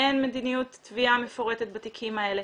אין מדיניות תביעה מפורטת בתיקים האלה.